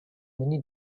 миний